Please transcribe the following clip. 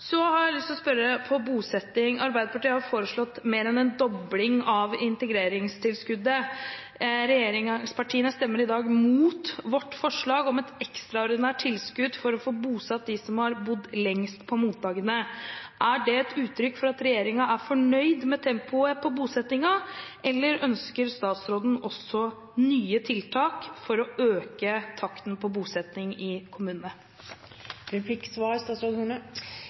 Så har jeg lyst til å spørre om bosetting. Arbeiderpartiet har foreslått mer enn en dobling av integreringstilskuddet. Regjeringspartiene stemmer i dag mot vårt forslag om et ekstraordinært tilskudd for å få bosatt dem som har bodd lengst på mottakene. Er det et uttrykk for at regjeringen er fornøyd med tempoet på bosettingen, eller ønsker statsråden også nye tiltak for å øke takten på bosetting i kommunene?